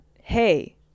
hey